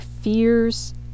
fears